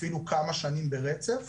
אפילו כמה שנים ברצף.